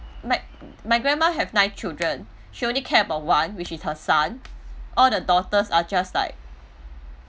my my grandma have nine children she only care about one which is her son all the daughters are just like